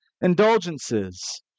indulgences